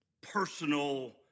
personal